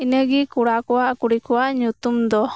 ᱤᱱᱟᱹᱜᱤ ᱠᱚᱲᱟ ᱠᱚᱣᱟᱜ ᱠᱩᱲᱤᱠᱚᱣᱟᱜ ᱧᱩᱛᱩᱱ ᱫᱚ